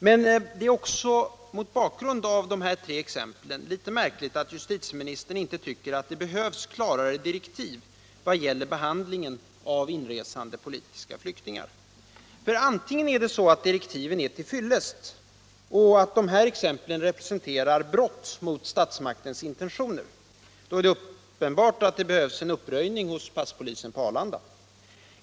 Men det är mot bakgrund av dessa fall märkligt att justitieministern inte tycker att det behövs klarare direktiv vad gäller behandlingen av inresande politiska flyktingar. Antingen är det så att direktiven är till fyllest, och då representerar dessa exempel brott mot statsmaktens intentioner. Då är det uppenbart att det behövs en uppröjning hos passpolisen på Arlanda.